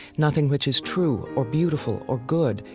nothing which is true, or beautiful, or good,